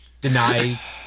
denies